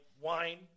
wine